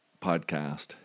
podcast